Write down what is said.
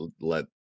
let